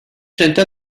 sente